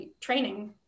training